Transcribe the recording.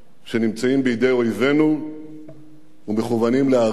שנמצאים בידי אויבינו ומכוונים לערינו.